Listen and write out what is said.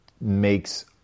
makes